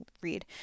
read